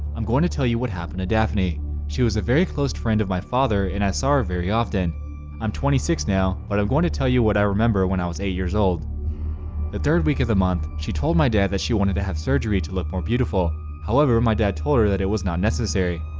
i'm going to tell you what happened to daphne she was a very close friend of my father and i saw her very often i'm twenty six now, but i'm going to tell you what i remember when i was eight years old the third week of the month. she told my dad that she wanted to have surgery to look more beautiful however, my dad told her that it was not necessary.